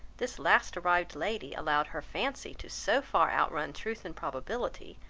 this last-arrived lady allowed her fancy to so far outrun truth and probability,